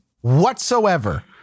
whatsoever